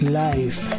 life